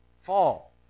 fall